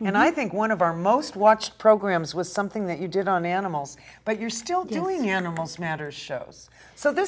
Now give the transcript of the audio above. and i think one of our most watched programs was something that you did on animals but you're still doing intervals natters shows so this